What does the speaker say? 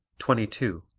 twenty two.